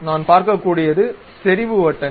நான் பார்க்க கூடியது செறிவு வட்டங்கள்